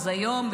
אז היום,